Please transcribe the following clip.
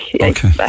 Okay